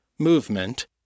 movement